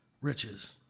riches